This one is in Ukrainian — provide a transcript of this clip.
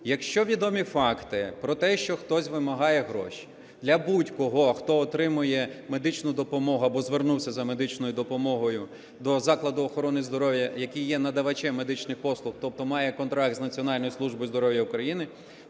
Якщо відомі факти про те, що хтось вимагає гроші, для будь-кого, хто отримує медичну допомогу або звернувся за медичною допомогою до закладу охорони здоров'я, який є надавачем медичних послуг, тобто має контракт з Національною службою здоров'я України,